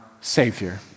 savior